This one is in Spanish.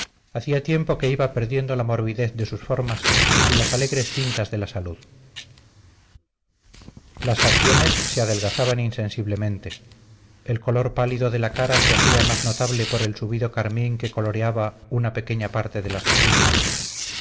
hacía tiempo que iba perdiendo la morbidez de sus formas y las alegres tintas de la salud las facciones se adelgazaban insensiblemente el color pálido de la cara se hacía más notable por el subido carmín que coloreaba una pequeña parte de las mejillas